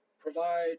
provide